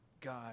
God